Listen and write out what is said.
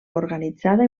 organitzada